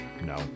No